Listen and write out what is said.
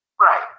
Right